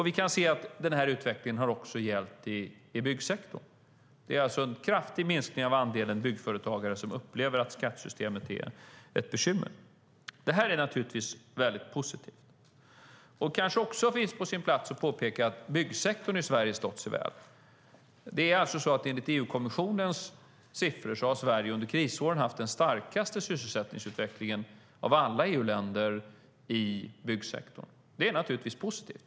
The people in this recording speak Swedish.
Vi kan se att den utvecklingen även gällt i byggsektorn. Det är en kraftig minskning av andelen byggföretagare som upplever att skattesystemet är ett bekymmer. Det är naturligtvis positivt. Det är kanske på sin plats att påpeka att byggsektorn i Sverige har stått sig väl. Enligt EU-kommissionens siffror har Sverige under krisåren haft den starkaste sysselsättningsutvecklingen av alla EU-länder i byggsektorn. Det är förstås positivt.